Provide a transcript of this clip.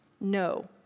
No